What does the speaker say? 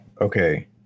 Okay